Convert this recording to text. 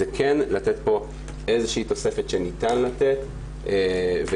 זה כן לתת פה איזושהי תוספת שניתן לתת ולהתקדם.